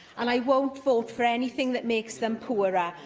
and i won't vote for anything that makes them poorer,